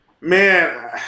Man